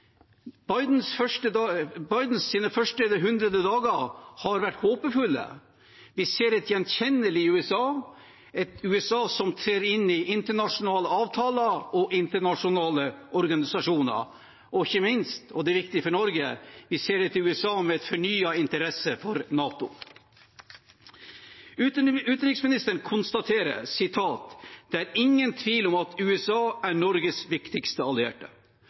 første 100 dager har vært håpefulle. Vi ser et gjenkjennelig USA, et USA som trer inn i internasjonale avtaler og internasjonale organisasjoner, og ikke minst – og det er viktig for Norge – vi ser et USA med fornyet interesse for NATO. Utenriksministeren konstaterer: «Det er ingen tvil om at USA er Norges viktigste allierte.»